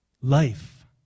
life